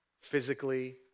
Physically